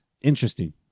Interesting